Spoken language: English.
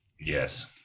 Yes